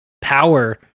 power